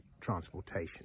transportation